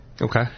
Okay